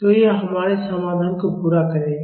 तो यह हमारे समाधान को पूरा करेगा